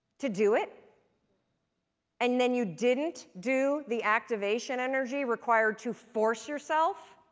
to do it and then you didn't do the activation energy required to force yourself,